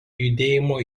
judėjimo